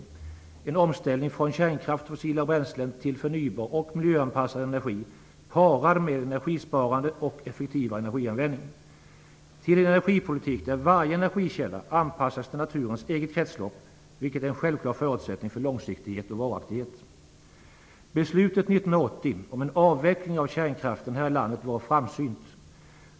Det måste till en omställning från kärnkraft och fossila bränslen till förnybar och miljöanpassad energi parad med energisparande och effektivare energianvändning. Vi måste fasa över till en energipolitik där varje energikälla anpassas till naturens eget kretslopp, vilket är en självklar förutsättning för långsiktighet och varaktighet. Beslutet 1980 om en avveckling av kärnkraften här i landet var framsynt.